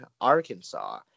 Arkansas